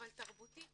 אבל תרבותית,